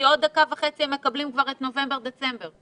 עוד דקה וחצי הם מקבלים כבר את נובמבר ודצמבר.